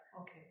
okay